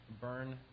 burn